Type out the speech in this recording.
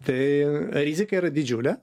tai rizika yra didžiulė